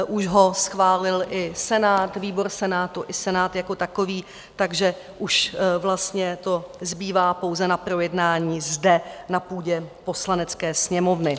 Už ho schválil i Senát, výbor Senátu i Senát jako takový, takže už vlastně to zbývá pouze na projednání zde na půdě Poslanecké sněmovny.